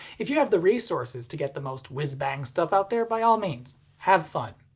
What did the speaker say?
if you have the resources to get the most whizbang stuff out there by all means have fun.